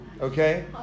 Okay